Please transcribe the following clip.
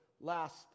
last